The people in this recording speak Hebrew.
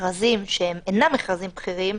מכרזים שהם אינם מכרזים בכירים.